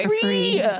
free